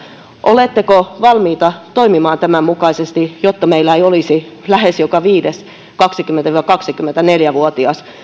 oletteko valmiita toimimaan tämän mukaisesti jotta meillä ei olisi lähes joka viides kaksikymmentä viiva kaksikymmentäneljä vuotias